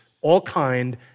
all-kind